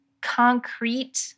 concrete